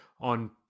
on